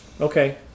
okay